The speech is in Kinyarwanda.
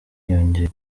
yongeye